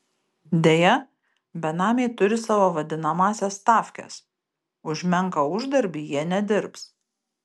deja benamiai turi savo vadinamąsias stavkes už menką uždarbį jie nedirbs